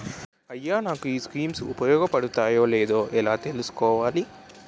అయ్యా నాకు ఈ స్కీమ్స్ ఉపయోగ పడతయో లేదో ఎలా తులుసుకోవాలి?